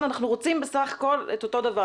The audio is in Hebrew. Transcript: אנחנו רוצים את אותו הדבר.